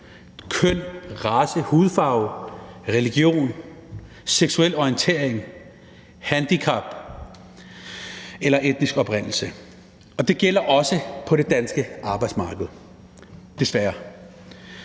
køn, race, hudfarve, religion, seksuel orientering, handicap eller etnisk oprindelse. Og det gælder også på det danske arbejdsmarked, desværre.